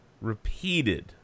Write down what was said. repeated